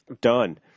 Done